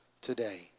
today